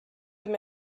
them